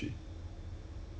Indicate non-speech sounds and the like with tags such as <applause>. <laughs>